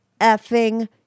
effing